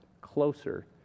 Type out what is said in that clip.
closer